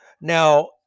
Now